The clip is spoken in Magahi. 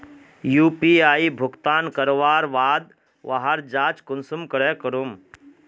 यु.पी.आई भुगतान करवार बाद वहार जाँच कुंसम करे करूम?